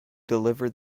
deliver